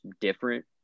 different